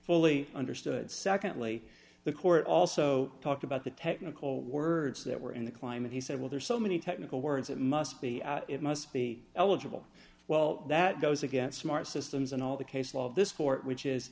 fully understood secondly the court also talked about the technical words that were in the climate he said well there's so many technical words that must be it must be eligible well that goes against smart systems and all the case law of this for which is